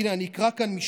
הינה, אני אקרא משפט,